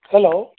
hello